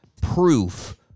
proof